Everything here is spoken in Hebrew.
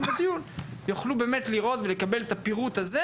לדיון יוכלו לראות ולקבל את הפירוט הזה,